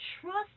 trust